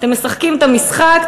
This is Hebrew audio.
אתם משחקים את המשחק,